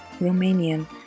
Romanian